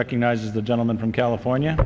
recognizes the gentleman from california